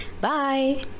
Bye